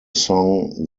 song